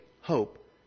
hope